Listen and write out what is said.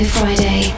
Friday